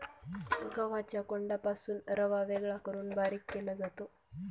गव्हाच्या कोंडापासून रवा वेगळा करून बारीक केला जातो